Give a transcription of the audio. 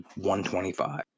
125